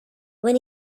when